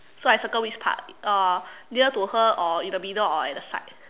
so I circle which part uh near to her or in the middle or at the side